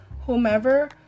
whomever